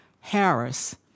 Harris